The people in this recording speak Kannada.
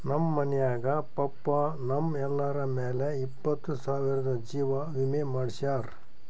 ನಮ್ ಮನ್ಯಾಗ ಪಪ್ಪಾ ನಮ್ ಎಲ್ಲರ ಮ್ಯಾಲ ಇಪ್ಪತ್ತು ಸಾವಿರ್ದು ಜೀವಾ ವಿಮೆ ಮಾಡ್ಸ್ಯಾರ